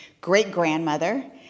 great-grandmother